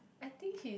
I think he's